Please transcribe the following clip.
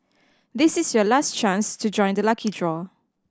this is your last chance to join the lucky draw